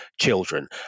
children